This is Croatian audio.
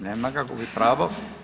Nema ga, gubi pravo.